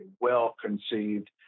well-conceived